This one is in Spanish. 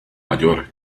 mayor